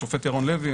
השופט ירון לוי,